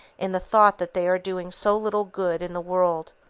in the thought that they are doing so little good in the world.